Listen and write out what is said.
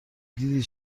دیدی